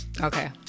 okay